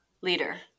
leader